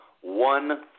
one